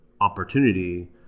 opportunity